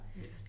Yes